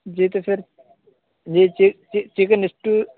جی تو پھر جی چکن اسٹو